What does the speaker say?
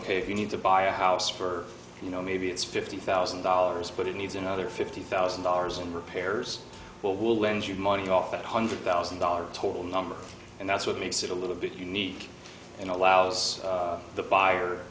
ok if you need to buy a house for you know maybe it's fifty thousand dollars but it needs another fifty thousand dollars in repairs but will lend you money off that hundred thousand dollars total number and that's what makes it a little bit unique and allows the buyer